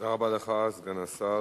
תודה רבה לך, סגן השר.